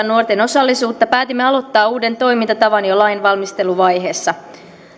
nuorten osallisuutta päätimme aloittaa uuden toimintatavan jo lain valmisteluvaiheessa